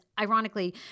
ironically